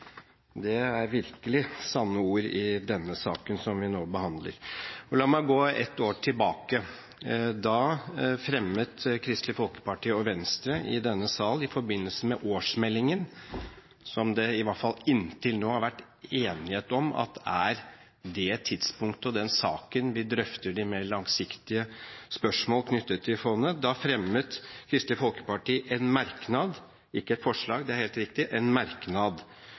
Det er virkelig sanne ord i denne saken som vi nå behandler. La meg gå ett år tilbake. Da behandlet vi i denne sal årsmeldingen. Inntil nå har det vært enighet om at det er det tidspunktet og den saken vi drøfter når det gjelder de mer langsiktige spørsmål knyttet til fondet. Da skrev Kristelig Folkeparti, Venstre og Sosialistisk Venstreparti i en merknad følgende: «Disse medlemmer vil derfor utrede den finansielle og klimapolitiske risikoen involvert i at SPU i dag er